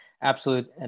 absolute